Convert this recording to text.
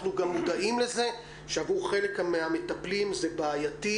אנחנו גם מודעים לזה שעבור חלק מהמטפלים זה בעייתי,